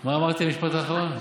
מה אמרתי במשפט האחרון?